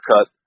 cut